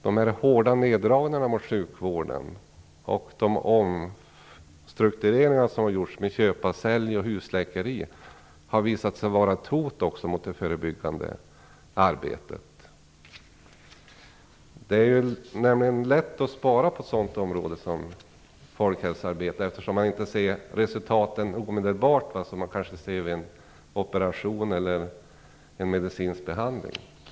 De hårda neddragningarna i sjukvården och de omstruktureringar som har gjorts med köp-sälj-system och husläkeri har visat sig vara ett hot mot det förebyggande arbetet. Det är lätt att spara på ett sådant område som folkhälsoarbetet, eftersom man inte ser resultaten omedelbart, vilket man kanske gör vid en operation eller en medicinsk behandling.